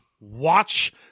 watch